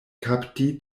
kapti